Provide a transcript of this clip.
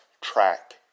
track